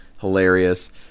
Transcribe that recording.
Hilarious